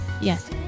Yes